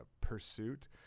pursuit